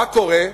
מה קורה?